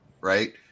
right